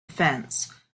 fence